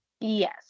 Yes